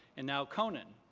and now conan,